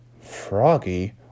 froggy